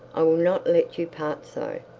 i will not let you part so.